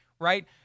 right